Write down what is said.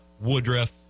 Woodruff